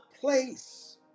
place